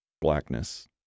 Blackness